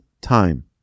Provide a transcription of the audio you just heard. time